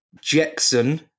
Jackson